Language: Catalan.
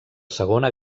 segona